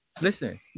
Listen